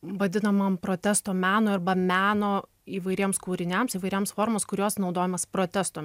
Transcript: vadinamam protesto menui arba meno įvairiems kūriniams įvairioms formoms kurios naudojamos protesto